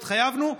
התחייבנו,